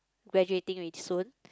graduating already soon